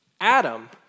Adam